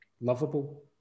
lovable